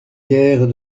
guère